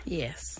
yes